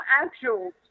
actual